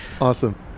Awesome